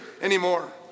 anymore